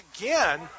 again